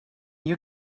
you